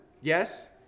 Yes